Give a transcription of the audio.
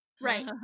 Right